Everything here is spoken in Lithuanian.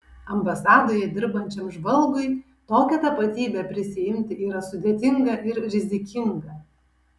ambasadoje dirbančiam žvalgui tokią tapatybę prisiimti yra sudėtinga ir rizikinga